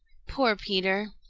poor peter!